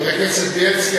חבר הכנסת בילסקי,